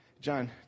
John